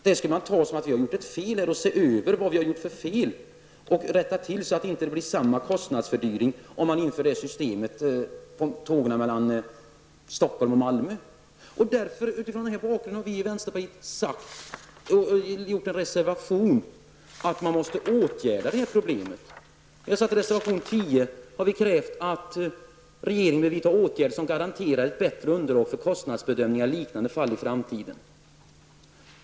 Det skulle man ta som att ett fel begåtts och se över felet och rätta till det, så att det inte blir samma fördyring om man inför ett sådant nytt system på andra tåg, t.ex. på tåget från Utifrån denna bakgrund har vi i vänsterpartiet reserverat oss och sagt att man måste åtgärda detta problem. Vi har i reservation 10 krävt att regeringen vidtar åtgärder som garanterar ett bättre underlag för kostnadsbedömningar i liknande fall i framtiden.